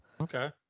Okay